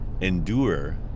endure